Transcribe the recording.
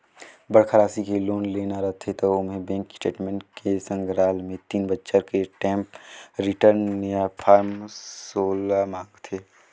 बड़खा रासि के लोन लेना रथे त ओम्हें बेंक स्टेटमेंट के संघराल मे तीन बछर के टेम्स रिर्टन य फारम सोला मांगथे